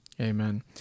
amen